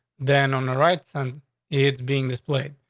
then on the rights and it's being displayed.